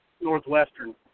Northwestern